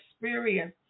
experience